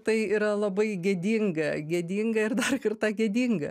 tai yra labai gėdinga gėdinga ir dar kartą gėdinga